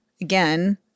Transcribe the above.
again